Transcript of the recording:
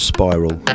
Spiral